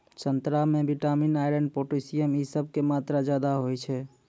संतरा मे vitamin, iron, potassium इ सभ के मात्रा ज्यादा होय छै